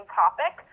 topic